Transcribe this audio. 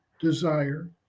desire